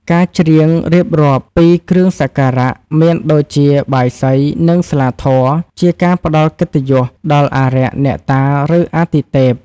ការច្រៀងរៀបរាប់ពីគ្រឿងសក្ការៈ មានដូចជាបាយសី និងស្លាធម៌ ជាការផ្តល់កិត្តិយសដល់ អារក្ស អ្នកតា ឬអាទិទេព។